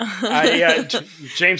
James